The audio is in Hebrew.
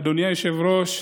אדוני היושב-ראש,